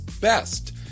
best